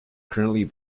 currently